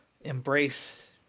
embrace